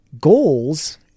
goals